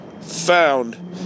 found